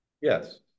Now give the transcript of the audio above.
Yes